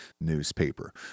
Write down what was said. newspaper